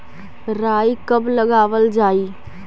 राई कब लगावल जाई?